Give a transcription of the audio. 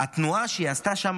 התנועה שהיא עשתה שם,